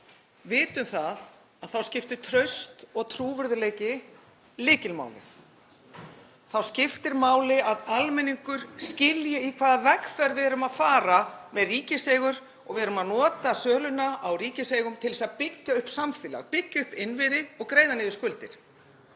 eigum vitum að þá skiptir traust og trúverðugleiki lykilmáli. Þá skiptir máli að almenningur skilji í hvaða vegferð við erum að fara með ríkiseigur og að við erum að nota söluna á ríkiseigum til að byggja upp samfélagið, byggja upp innviði og greiða niður skuldir.